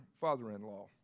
father-in-law